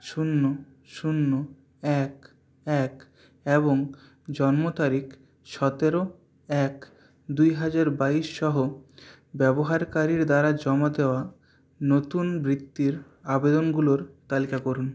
শূন্য শূন্য এক এক এবং জন্মতারিখ সতেরো এক দুই হাজার বাইশ সহ ব্যবহারকারীর দ্বারা জমা দেওয়া নতুন বৃত্তির আবেদনগুলোর তালিকা করুন